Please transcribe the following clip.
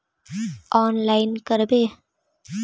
Online करवे?